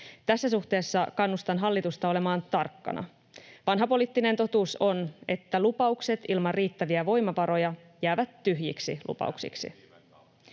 Tässä suhteessa kannustan hallitusta olemaan tarkkana. Vanha poliittinen totuus on, että lupaukset ilman riittäviä voimavaroja jäävät tyhjiksi lupauksiksi.